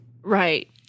Right